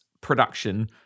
production